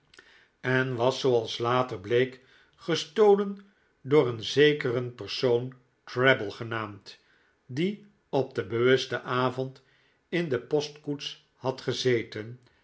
en was zooals later bleek gestolen door een zekeren persoon treble genaamd die op den bewusten avond in de postkoets had gezeten